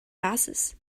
passes